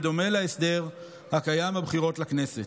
בדומה להסדר הקיים בבחירות לכנסת.